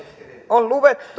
on luvattu